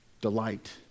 delight